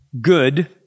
good